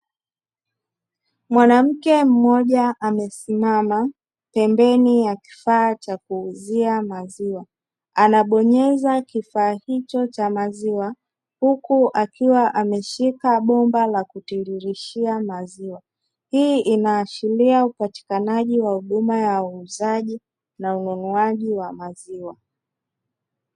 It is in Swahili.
Mwanamke mmoja amesimama pembeni ya kifaa cha kuuzia maziwa, anabonyeza kifaa hicho cha maziwa huku akiwa ameshika bomba la kutiririshia maziwa. Hii inaashiria upatikanaji wa huduma ya uuzaji na ununuaji wa maziwa.